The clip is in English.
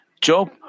Job